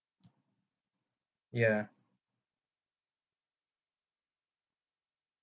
ya